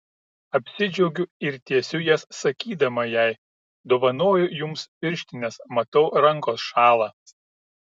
apsidžiaugiu ir tiesiu jas sakydama jai dovanoju jums pirštines matau rankos šąla